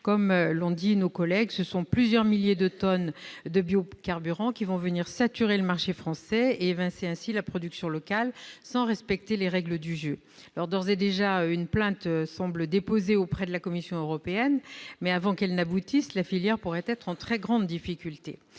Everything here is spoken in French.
comme l'ont relevé nos collègues, ce sont plusieurs milliers de tonnes de biocarburants qui vont venir saturer le marché français et évincer la production locale, sans respecter les règles du jeu. D'ores et déjà, une plainte a été déposée auprès de la Commission européenne, mais, avant qu'elle n'aboutisse, la filière pourrait être en très grande difficulté.